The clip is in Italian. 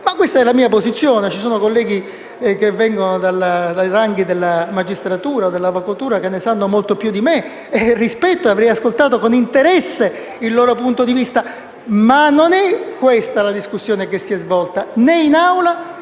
Ma questa è la mia posizione, ci sono colleghi che vengono dai ranghi della magistratura o dell'avvocatura che ne sanno molto più di me. Avrei ascoltato con interesse e rispetto il loro punto di vista. Ma non è questa la discussione che si è svolta né in Assemblea